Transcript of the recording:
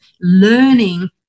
learning